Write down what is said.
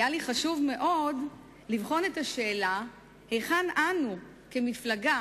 היה לי חשוב מאוד לבחון את השאלה היכן אנו, כמפלגה